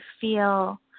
feel